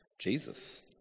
Jesus